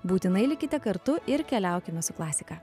būtinai likite kartu ir keliaukime su klasika